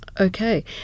Okay